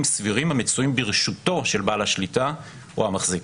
סבירים המצויים ברשותו של בעל השליטה או המחזיק".